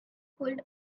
pulled